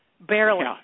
Barely